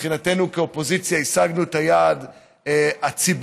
מבחינתנו כאופוזיציה השגנו את היעד הציבורי,